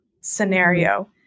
scenario